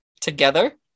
together